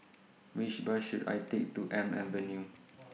Which Bus should I Take to Elm Avenue